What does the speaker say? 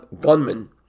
gunman